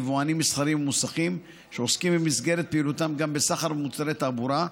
יבואנים מסחריים ומוסכים שעוסקים במסגרת פעילותם גם בסחר במוצרי תעבורה,